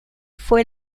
fue